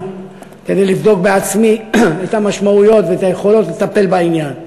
כדי לבדוק בעצמי את המשמעויות ואת היכולות לטפל בעניין.